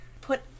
put